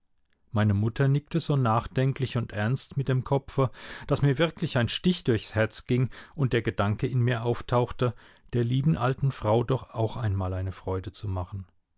meine mutter nickte so nachdenklich und ernst mit dem kopfe daß mir wirklich ein stich durchs herz ging und der gedanke in mir auftauchte der lieben alten frau doch auch einmal eine freude zu machen